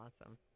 awesome